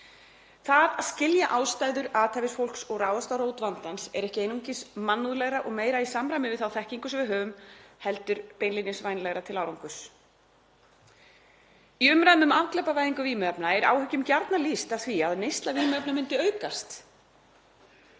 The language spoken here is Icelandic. Það að skilja ástæður athæfis fólks og ráðast að rót vandans er ekki einungis mannúðlegra og meira í samræmi við þá þekkingu sem við höfum heldur beinlínis vænlegra til árangurs. Í umræðum um afglæpavæðingu vímuefna er áhyggjum gjarnan lýst af því að neysla vímuefna myndi aukast.